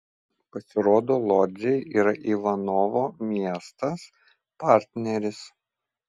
pasirodo lodzė yra ivanovo miestas partneris